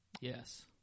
Yes